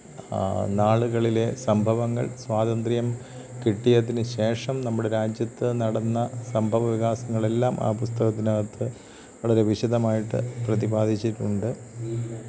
നാളുകളിലെ സംഭവങ്ങൾ സ്വാതന്ത്ര്യം കിട്ടിയതിനുശേഷം നമ്മുടെ രാജ്യത്ത് നടന്ന സംഭവ വികാസങ്ങളെല്ലാം ആ പുസ്തകത്തിനകത്ത് വളരെ വിശദമായിട്ട് പ്രതിപാദിച്ചിട്ടുണ്ട്